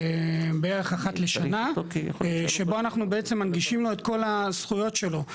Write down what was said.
בערך אחת לשנה שבו אנחנו בעצם מנגישים לו את כל הזכויות שלו,